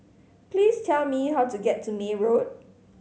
please tell me how to get to May Road